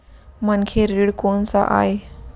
मनखे ऋण कोन स आय?